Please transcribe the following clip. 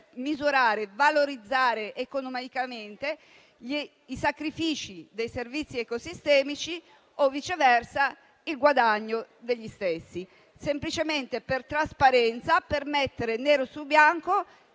valorizzare economicamente i sacrifici dei servizi ecosistemici o, viceversa, il guadagno degli stessi. Tutto ciò semplicemente per trasparenza, per mettere nero su bianco